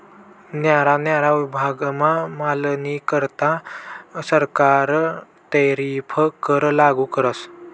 न्यारा न्यारा विभागमा मालनीकरता सरकार टैरीफ कर लागू करस